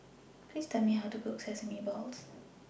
Please Tell Me How to Cook Sesame Balls